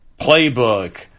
playbook